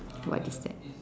what is that